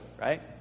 right